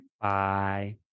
Bye